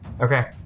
Okay